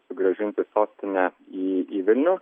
sugrąžinti sostinę į į vilnių